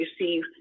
receive